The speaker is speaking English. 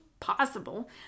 possible